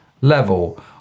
level